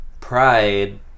pride